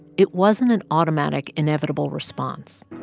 it wasn't an automatic inevitable response.